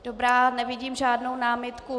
Dobrá, nevidím žádnou námitku.